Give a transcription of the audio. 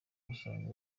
usanga